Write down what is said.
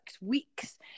weeks